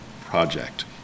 project